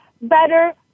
better